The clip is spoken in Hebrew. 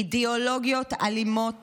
אידיאולוגיות אלימות